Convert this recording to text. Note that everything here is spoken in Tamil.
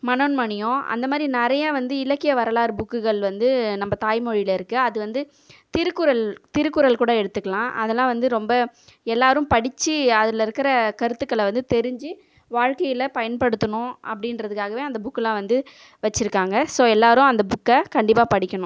மனோன்மணியம் அந்த மாதிரி நிறைய வந்து இலக்கிய வரலாறு புக்குகள் வந்து நம்ம தாய்மொழியில் இருக்குது அது வந்து திருக்குறள் திருக்குறள் கூட எடுத்துக்கலாம் அதலாம் வந்து ரொம்ப எல்லோரும் படித்து அதில் இருக்கிற கருத்துக்கள்லாம் வந்து தெரிஞ்சு வாழ்க்கையில் பயன் படுத்தணும் அப்படின்றதுக்காகவே அந்தப் புக்கில் வந்து வெச்சிருக்காங்க ஸோ எல்லோரும் அந்தப் புக்கை கண்டிப்பாக படிக்கணும்